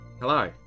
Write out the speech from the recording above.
Hello